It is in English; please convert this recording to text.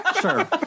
Sure